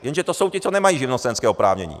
Jenže to jsou ti, co nemají živnostenské oprávnění.